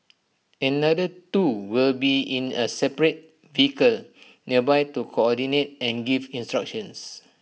another two will be in A separate vehicle nearby to coordinate and give instructions